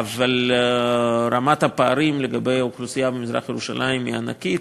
אבל רמת הפערים של האוכלוסייה במזרח-ירושלים היא ענקית.